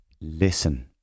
listen